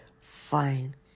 fine